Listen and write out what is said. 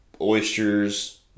oysters